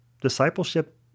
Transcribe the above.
discipleship